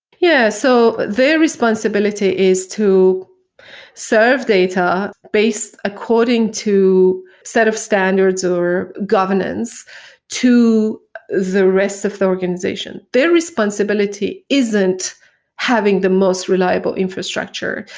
yeah. so their responsibility is to serve data based according to set of standards or governance to the rest of the organization. their responsibility isn't having the most reliable infrastructure,